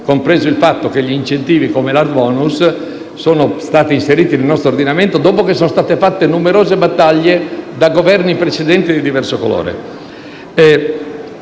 compreso il fatto che alcuni incentivi, come l'Art bonus, sono stati inseriti nel nostro ordinamento dopo che sono state fatte numerose battaglie da Governi precedenti di diverso colore.